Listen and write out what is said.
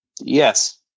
Yes